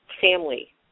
family